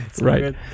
Right